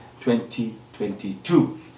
2022